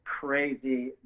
Crazy